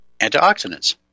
antioxidants